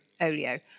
Olio